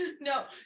No